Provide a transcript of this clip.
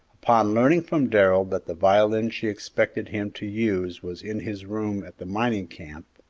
upon learning from darrell that the violin she expected him to use was in his room at the mining camp,